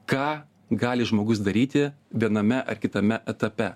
ką gali žmogus daryti viename ar kitame etape